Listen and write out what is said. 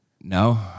no